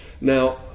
Now